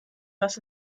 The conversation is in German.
was